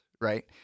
right